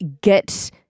get